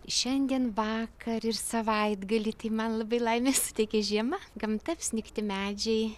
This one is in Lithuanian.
šiandien vakar ir savaitgalį tai man labai laimės suteikė žiema gamta apsnigti medžiai